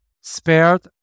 spared